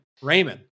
Raymond